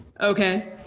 Okay